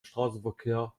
straßenverkehr